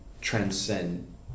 transcend